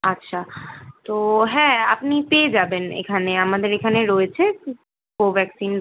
আচ্ছা তো হ্যাঁ আপনি পেয়ে যাবেন এখানে আমাদের এখানে রয়েছে কোভ্যাকসিন